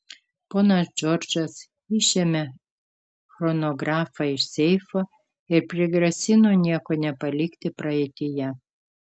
ponas džordžas išėmė chronografą iš seifo ir prigrasino nieko nepalikti praeityje